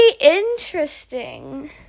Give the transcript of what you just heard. interesting